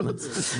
לא צריך.